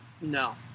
No